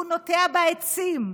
הוא נוטע בה עצים,